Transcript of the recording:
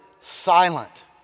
silent